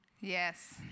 Yes